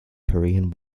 korean